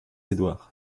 édouard